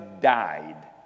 died